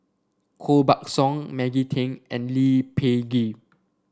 Koh Buck Song Maggie Teng and Lee Peh Gee